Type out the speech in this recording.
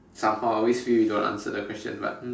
somehow I always feel you don't answer the question but